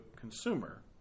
consumer